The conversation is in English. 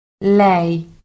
Lei